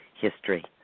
history